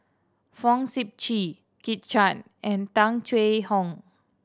Fong Sip Chee Kit Chan and Tung Chye Hong